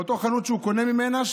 לאותה חנות שהוא קונה ממנה,